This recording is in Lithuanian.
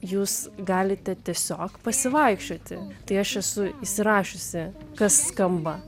jūs galite tiesiog pasivaikščioti tai aš esu įsirašiusi kas skamba